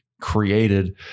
created